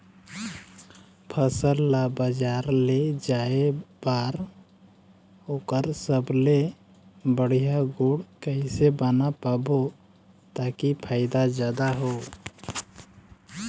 फसल ला बजार ले जाए बार ओकर सबले बढ़िया गुण कैसे बना पाबो ताकि फायदा जादा हो?